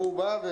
והוא בא.